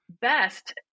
Best